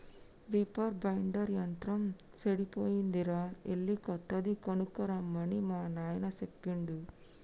reaper binder యంత్రం సెడిపోయిందిరా ఎళ్ళి కొత్తది కొనక్కరమ్మని మా నాయిన సెప్పిండు